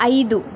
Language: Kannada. ಐದು